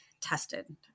tested